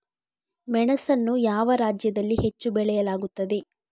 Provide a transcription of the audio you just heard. ಮೆಣಸನ್ನು ಯಾವ ರಾಜ್ಯದಲ್ಲಿ ಹೆಚ್ಚು ಬೆಳೆಯಲಾಗುತ್ತದೆ?